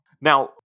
Now